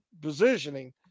positioning